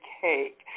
cake